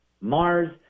Mars